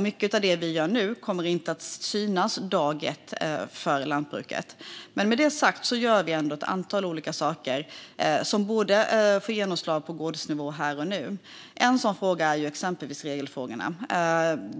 Mycket av det vi gör nu kommer inte att synas dag ett för lantbruket. Med detta sagt gör vi ändå ett antal olika saker som borde få genomslag på gårdsnivå här och nu. En sådan fråga är exempelvis regelfrågorna.